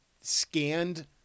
scanned